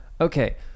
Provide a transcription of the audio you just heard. okay